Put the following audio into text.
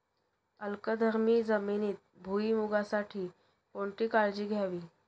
अल्कधर्मी जमिनीत भुईमूगासाठी कोणती काळजी घ्यावी?